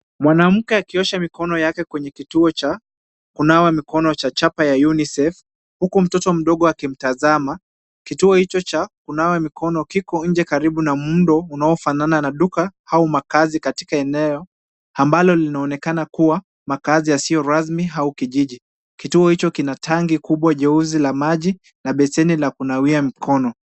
Mwanamke akiosha mikono yake kwenye kituo cha kunawa mikono cha chapa ya UNICEF ,huku mtoto mdogo akimtazama. Kituo hicho cha kunawa mikono kiko nje karibu na muundo unaofanana na duka au makazi katika eneo ambalo linaonekana kuwa makazi yasiyo rasmi au kijiji. Kituo hicho kina tangi kubwa la maji na beseni la kunawia mkono.